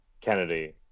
Kennedy